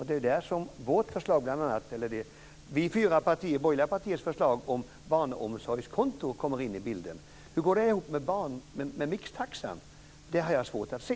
Det är där de fyra borgerliga partiernas förslag om barnomsorgskonto kommer in i bilden. Hur går detta ihop med mixtaxan? Det har jag svårt att se.